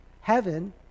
Heaven